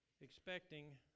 expecting